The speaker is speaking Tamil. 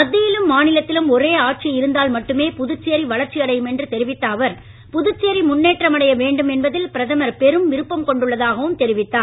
மத்தியிலும் மாநிலத்திலும் ஒரே ஆட்சி இருந்தால் மட்டுமே புதுச்சேரி வளர்ச்சி அடையும் என்று தெரிவித்த அவர் புதுச்சேரி முன்னேற்றமடைய வேண்டும் என்பதில் பிரதமர் பெற விருப்பம் கொண்டுள்ளதாகவும் தெரிவித்தார்